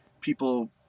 people